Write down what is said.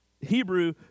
Hebrew